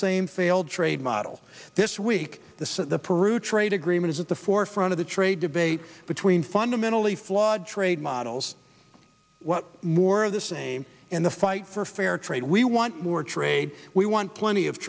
same failed trade model this week the peru trade agreement at the forefront of the trade debate between fundamentally flawed trade models what more of the same in the fight for fair trade we want more trade we want plenty of